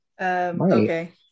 Okay